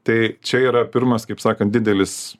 tai čia yra pirmas kaip sakant didelis